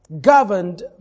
governed